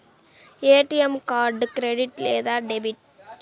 ATM card credit లేదా debit?